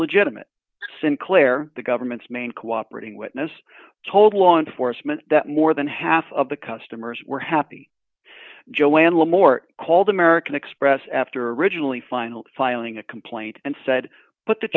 legitimate sinclair the government's main cooperating witness told law enforcement that more than half of the customers were happy joanne le morte called american express after originally finally filing a complaint and said put the